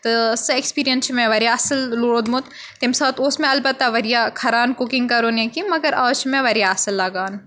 تہٕ سۄ ایٚکٕسپیٖرینٕس چھِ مےٚ واریاہ اصٕل روٗدمُت تَمہِ ساتہٕ اوس مےٚ البتہ واریاہ کھَران کُکِنٛگ کَرُن یا کیٚنٛہہ مگر آز چھِ مےٚ واریاہ اصٕل لگان